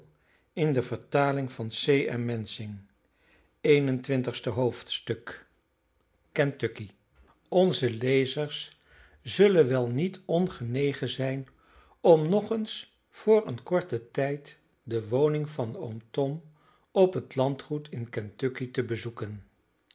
een en twintigste hoofdstuk kentucky onze lezers zullen wel niet ongenegen zijn om nog eens voor een korten tijd de woning van oom tom op het landgoed in kentucky te bezoeken